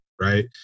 right